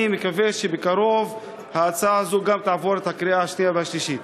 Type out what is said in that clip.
אני מקווה שבקרוב ההצעה הזאת גם תעבור את הקריאה השנייה והשלישית.